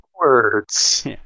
Words